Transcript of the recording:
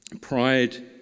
Pride